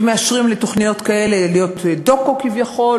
שמאשרים לתוכניות כאלה להיות דוקו כביכול,